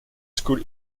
school